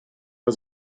was